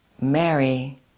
Mary